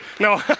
No